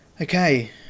Okay